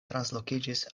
translokiĝis